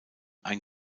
ein